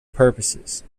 purposes